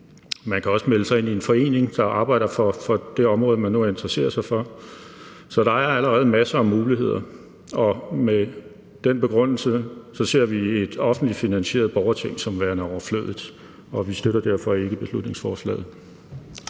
Man kan også melde sig ind i en forening, der arbejder for det område, man nu interesserer sig for. Så der er allerede masser af muligheder, og med den begrundelse ser vi et offentligt finansieret borgerting som værende overflødigt, og vi støtter derfor ikke beslutningsforslaget.